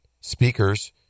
speakers